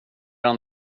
han